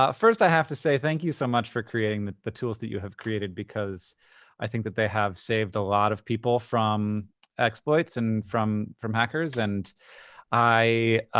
first i have to say thank you so much for creating the the tools that you have created, because i think that they have saved a lot of people from exploits and from from hackers. and i,